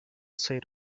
seht